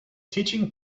teaching